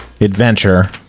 adventure